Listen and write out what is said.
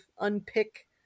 unpick